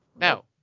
No